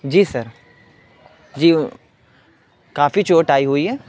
جی sir جی کافی چوٹ آئی ہوئی ہے